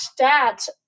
stats